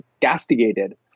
castigated